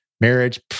marriage